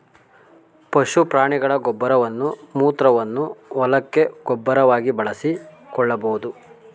ಪಶು ಪ್ರಾಣಿಗಳ ಗೊಬ್ಬರವನ್ನು ಮೂತ್ರವನ್ನು ಹೊಲಕ್ಕೆ ಗೊಬ್ಬರವಾಗಿ ಬಳಸಿಕೊಳ್ಳಬೋದು